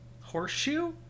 Horseshoe